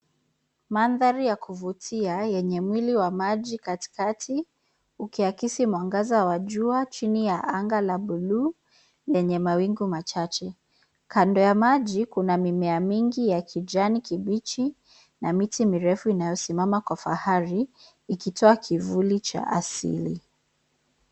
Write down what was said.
Mandhari ya kuvutia, yenye mwili wa maji katikati ukiyakisi mwangaza wa jua chini ya anga ya bluu, yenye mawingu machache . Kando ya maji kuna mimea mingi ya kijani kibichi na miti mirefu inayosimama kwa fahari, ikitoa kivuli cha asili.